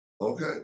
okay